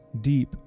deep